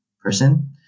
person